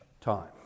time